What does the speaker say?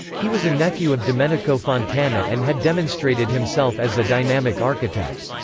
he was a nephew of domenico fontana and had demonstrated himself as a dynamic architect.